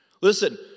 Listen